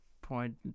point